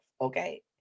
Okay